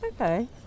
Okay